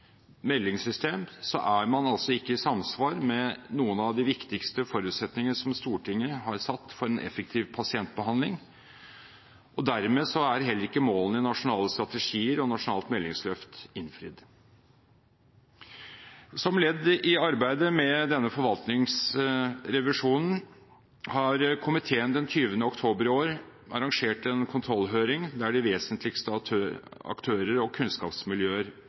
meldingssystem, er man ikke i samsvar med noen av de viktigste forutsetningene som Stortinget har satt for en effektiv pasientbehandling, og dermed er heller ikke målene i den nasjonale strategien og Nasjonalt meldingsløft nådd. Som ledd i arbeidet med denne forvaltningsrevisjonen har komiteen 20. oktober i år arrangert en kontrollhøring der de vesentligste aktører og kunnskapsmiljøer